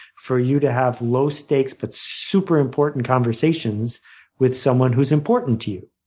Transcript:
for you to have low stakes but super important conversations with someone who's important to you.